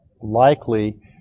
likely